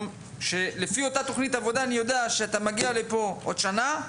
כאשר לפי אותה תוכנית עבודה אני יודע שאתה מגיע לפה עוד שנה ואומר: